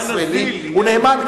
כל אזרח ישראלי הוא נאמן,